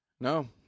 no